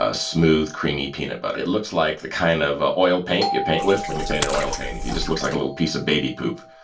ah smooth, creamy peanut butter it looks like the kind of ah oil paint you paint with when you paint an oil painting it just looks like a little piece of baby poop.